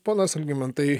ponas algimantai